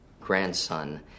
grandson